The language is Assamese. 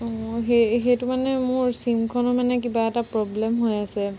অঁ সেই সেইটো মানে মোৰ চিমখনৰ মানে কিবা এটা প্ৰব্লেম হৈ আছে